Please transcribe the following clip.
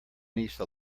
niece